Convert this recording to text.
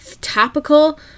topical